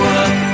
up